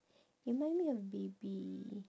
remind me of baby